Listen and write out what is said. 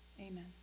Amen